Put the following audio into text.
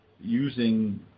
using